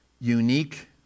unique